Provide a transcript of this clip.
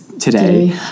today